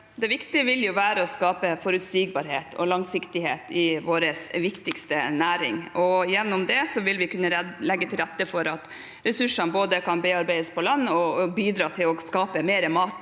Det viktige vil være å skape forutsigbarhet og langsiktighet i vår viktigste næring, og gjennom det vil vi kunne legge til rette for at ressursene både kan bearbeides på land og bidra til å skape mer mat